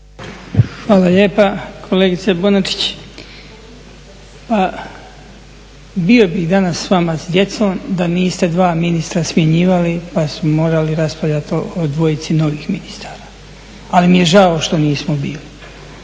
Hvala lijepa. Kolegice Bonačić, pa bio bih danas s vama, s djecom da niste dva ministra smjenjivali pa smo morali raspravljat o dvojici novih ministara. Ali mi je žao što nismo bili.